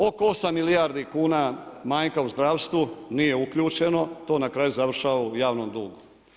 Oko 8 milijardi kuna manjka u zdravstvu nije uključeno, to na kraju završava u javnom dugu.